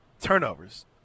Turnovers